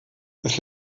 das